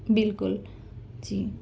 بالکل جی